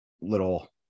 little